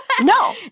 No